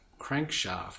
Crankshaft